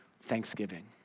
thanksgiving